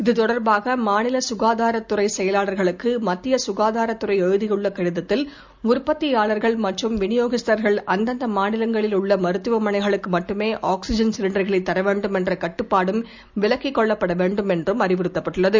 இது தொடர்பாகமாநிலசுகாதாரத்துறைசெயலாளர்களுக்கு மத்தியசுகாதாரத்துறைஎழுதியுள்ளகடிதத்தில் உற்பத்தியாளர்கள் மற்றும் விநியோகஸ்தர்கள் அந்தந்தமாநிலங்களில் உள்ளமருத்துவமனைகளுக்குமட்டுமே ஆக்ஸிஜன்களைசிலிண்டர்களைதரவேண்டுமென்றகட்டப்பாடும் விலக்கிக் கொள்ளப்படவேண்டுமென்றுஅறிவுறுத்தப்பட்டுள்ளது